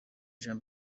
jean